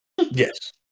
Yes